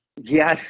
Yes